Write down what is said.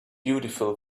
beautiful